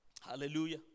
Hallelujah